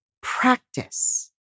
practice